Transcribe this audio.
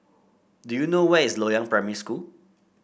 do you know where is Loyang Primary School